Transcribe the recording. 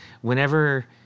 whenever